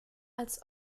als